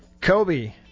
Kobe